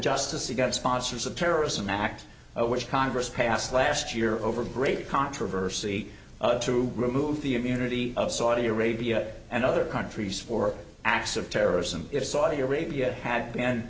justice you've got sponsors of terrorism act which congress passed last year over great controversy to remove the immunity of saudi arabia and other countries for acts of terrorism if saudi arabia ha